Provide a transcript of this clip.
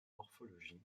morphologie